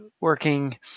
working